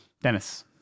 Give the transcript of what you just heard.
Dennis